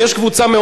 אז מה